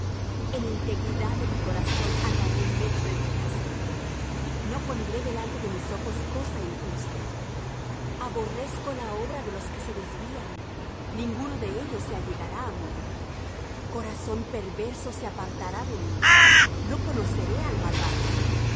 en integridad de mi corazón andaré en medio de mi casa no pondré delante de mis ojos cosa injusta aborrezco la obra de los que se desvían ninguno de ellos se allegará á mí corazón perverso se apartará de mí no conoceré al malvado